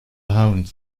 hound